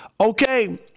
okay